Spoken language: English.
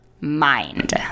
mind